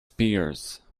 spears